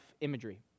imagery